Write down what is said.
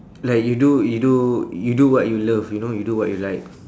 like you do you do you do what you love you know you do what you like